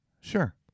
Sure